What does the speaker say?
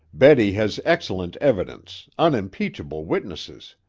betty has excellent evidence, unimpeachable witnesses.